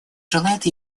желают